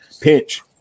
Pinch